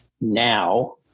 now